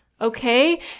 okay